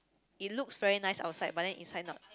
it looks very nice outside but then inside not